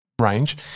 range